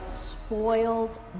spoiled